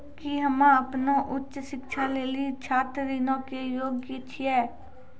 कि हम्मे अपनो उच्च शिक्षा लेली छात्र ऋणो के योग्य छियै?